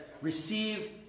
receive